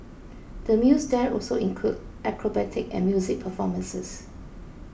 the meals there also include acrobatic and music performances